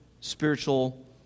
spiritual